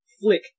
Flick